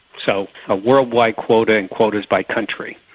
so, a worldwide quota and quotas by country.